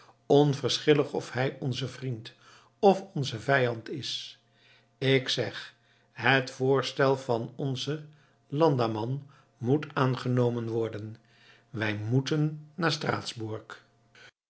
onverschillig of hij onze vriend of onze vijand is ik zeg het voorstel van onzen landamman moet aangenomen worden wij moeten naar straatsburg